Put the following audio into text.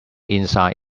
inside